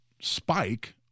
spike